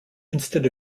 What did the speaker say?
instead